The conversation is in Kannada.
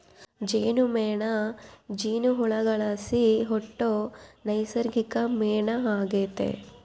ಜೇನುಮೇಣ ಜೇನುಹುಳುಗುಳ್ಲಾಸಿ ಹುಟ್ಟೋ ನೈಸರ್ಗಿಕ ಮೇಣ ಆಗೆತೆ